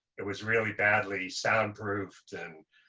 it was really badly soundproofed and,